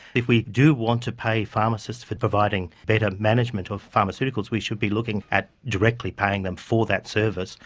if we do want to pay pharmacists for providing better management of pharmaceuticals, we should be looking at directly paying them for that service,